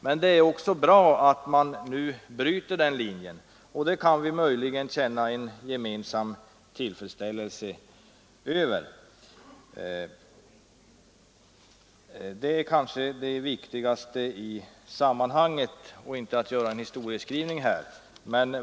Men det är också bra att man i dag bryter den tendensen, och det kan vi möjligen känna en gemensam tillfredsställelse över. Det är kanske det viktigaste i detta sammanhang och inte att göra en historieskrivning.